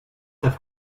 have